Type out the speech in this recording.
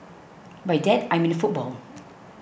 by that I mean football